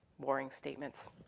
warring statements.